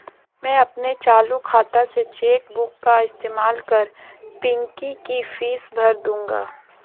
मैं अपने चालू खाता से चेक बुक का इस्तेमाल कर पिंकी की फीस भर दूंगा